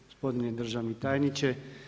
Gospodine državni tajniče.